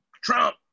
Trump